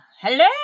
hello